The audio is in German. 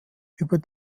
über